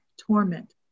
torment